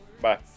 bye